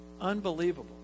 unbelievable